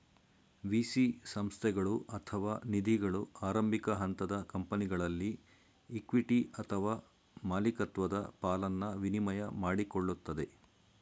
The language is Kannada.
ವಿ.ಸಿ ಸಂಸ್ಥೆಗಳು ಅಥವಾ ನಿಧಿಗಳು ಆರಂಭಿಕ ಹಂತದ ಕಂಪನಿಗಳಲ್ಲಿ ಇಕ್ವಿಟಿ ಅಥವಾ ಮಾಲಿಕತ್ವದ ಪಾಲನ್ನ ವಿನಿಮಯ ಮಾಡಿಕೊಳ್ಳುತ್ತದೆ